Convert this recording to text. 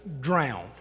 drown